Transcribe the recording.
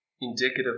indicative